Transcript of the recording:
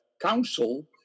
council